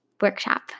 Workshop